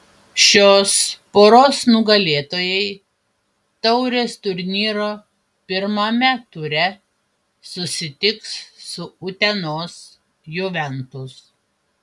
šios poros nugalėtojai taurės turnyro pirmame ture susitiks su utenos juventus